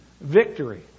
victory